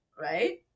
right